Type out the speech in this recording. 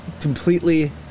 completely